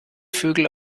vögel